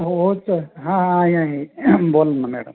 हो हो च हां आहे आहे बोला ना मॅडम